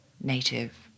native